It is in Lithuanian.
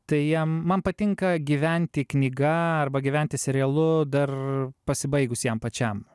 tai jie man patinka gyventi knyga arba gyventi serialu dar pasibaigus jam pačiam